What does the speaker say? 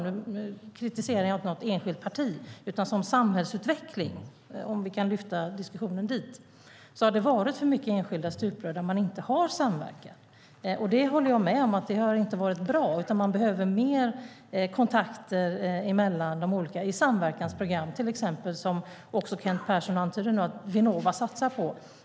Nu kritiserar jag inte något enskilt parti utan talar om detta som samhällsutveckling, om vi kan lyfta diskussionen dit. Det har varit för mycket enskilda stuprör där man inte har samverkat. Jag håller med om att det inte har varit bra, utan man behöver mer kontakter emellan - i till exempel samverkansprogram, som Kent Persson nu också antyder att Vinnova satsar på.